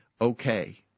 okay